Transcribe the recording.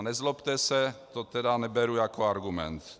Nezlobte se, to tedy neberu jako argument.